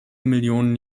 millionen